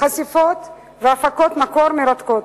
חשיפות והפקות מקור מרתקות,